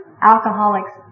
alcoholics